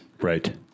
Right